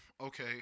Okay